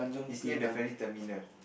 is near the ferry terminal